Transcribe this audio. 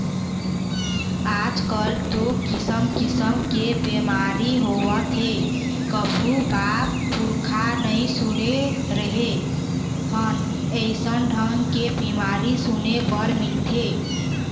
आजकल तो किसम किसम के बेमारी होवत हे कभू बाप पुरूखा नई सुने रहें हन अइसन ढंग के बीमारी सुने बर मिलथे